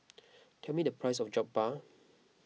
tell me the price of Jokbal